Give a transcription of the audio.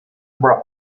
bros